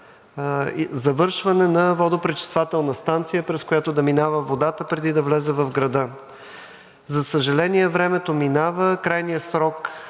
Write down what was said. завършване на водопречиствателна станция, през която да минава водата преди да влезе в града. За съжаление, времето минава, крайният срок